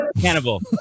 Cannibal